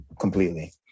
completely